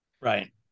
Right